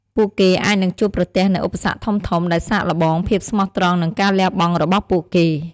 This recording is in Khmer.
ពួកគេអាចនឹងជួបប្រទះនូវ ឧបសគ្គធំៗ ដែលសាកល្បងភាពស្មោះត្រង់ និងការលះបង់របស់ពួកគេ។